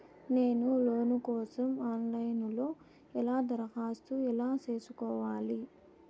నేను లోను కోసం online లో ఎలా దరఖాస్తు ఎలా సేసుకోవాలి?